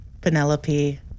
Penelope